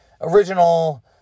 original